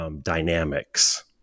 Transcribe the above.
dynamics